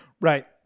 Right